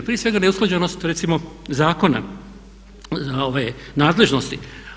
Prije svega neusklađenost recimo zakona za nadležnosti.